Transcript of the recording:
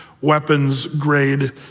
weapons-grade